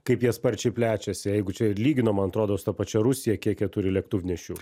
kaip jie sparčiai plečiasi jeigu čia ir lygino man atrodo su ta pačia rusija kiek jie turi lėktuvnešių